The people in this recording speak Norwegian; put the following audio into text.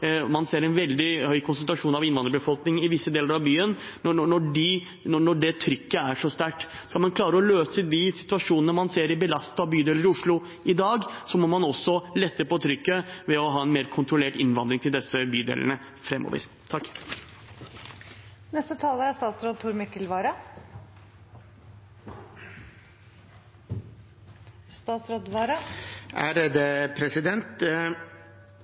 man ser en veldig høy konsentrasjon av innvandrerbefolkning i visse deler av byen, når det trykket er så sterkt. Skal man klare å løse de situasjonene man ser i belastede bydeler i Oslo i dag, må man også lette på trykket ved å ha en mer kontrollert innvandring til disse bydelene framover. Representanten Eide sa noe som jeg egentlig er